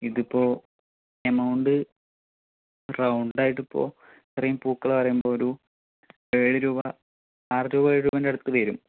ഇതിപ്പോൾ എമൗണ്ട് റൗണ്ടായിട്ടിപ്പോൾ ഇത്രയും പൂക്കള് പറയുമ്പോൾ ഒരു ഏഴുരൂപ ആറുരൂപ ഏഴുരൂപെൻ്റടുത്തുവരും